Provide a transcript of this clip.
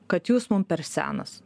kad jūs mum per senas